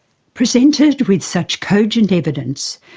presented with such cogent evidence,